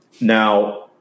Now